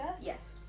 Yes